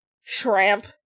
Shrimp